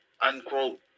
unquote